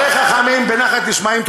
דברי חכמים בנחת נשמעים.